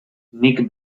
nik